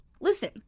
listen